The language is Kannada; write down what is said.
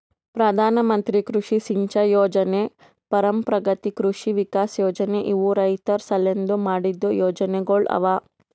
ಪ್ರಧಾನ ಮಂತ್ರಿ ಕೃಷಿ ಸಿಂಚೈ ಯೊಜನೆ, ಪರಂಪ್ರಗತಿ ಕೃಷಿ ವಿಕಾಸ್ ಯೊಜನೆ ಇವು ರೈತುರ್ ಸಲೆಂದ್ ಮಾಡಿದ್ದು ಯೊಜನೆಗೊಳ್ ಅವಾ